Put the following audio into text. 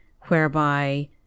whereby